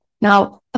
Now